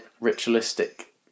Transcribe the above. ritualistic